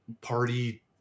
party